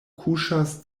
kuŝas